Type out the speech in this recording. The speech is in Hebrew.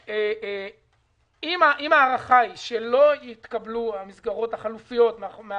אם ההערכה היא שלא יתקבלו המסגרות החלופיות מן